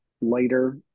later